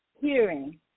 hearing